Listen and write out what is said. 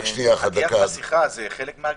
עטיית מסכה זה חלק מההגבלות?